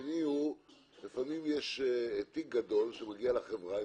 לפעמים יש תיק גדול שמגיע לחברה,